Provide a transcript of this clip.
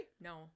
No